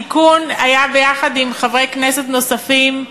התיקון היה ביחד עם חברי כנסת נוספים,